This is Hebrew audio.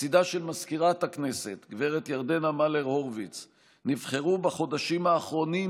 לצידה של מזכירת הכנסת הגב' ירדנה מלר-הורוביץ נבחרו בחודשים האחרונים,